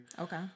Okay